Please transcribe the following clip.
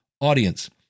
audience